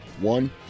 one